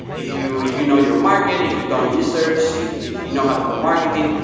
if you if you know your market, if you've done research, if if you know how to do marketing,